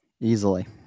Easily